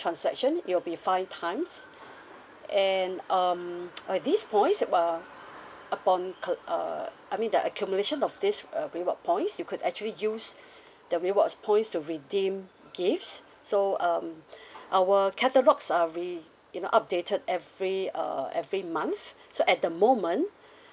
transaction it'll be five times and um uh these points if uh upon could uh I mean the accumulation of this uh reward points you could actually use the rewards points to redeem gifts so um our catalogs are re~ you know updated every uh every month so at the moment